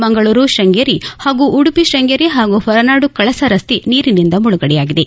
ಮಂಗಳೂರು ಶ್ವಂಗೇರಿ ಹಾಗೂ ಉಡುಪಿ ಶ್ವಂಗೇರಿ ಹಾಗೂ ಹೊರನಾಡು ಕಳಸ ರಸ್ತೆ ನೀರಿನಿಂದ ಮುಳುಗಡೆಯಾಗಿದೆ